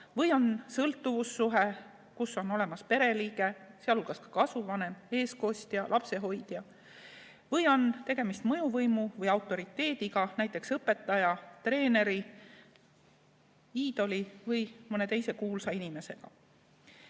või on sõltuvussuhe, kus on tegemist pereliikmega, sealhulgas kasuvanema, eestkostja, lapsehoidjaga, või on tegemist mõjuvõimu või autoriteediga, näiteks õpetaja, treeneri, iidoli või mõne teise kuulsa inimesega.